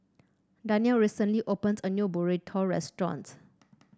Darnell recently opened a new Burrito Restaurant